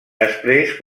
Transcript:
després